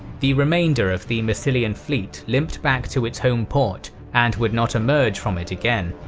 the remainder of the massilian fleet limped back to its home port and would not emerge from it again.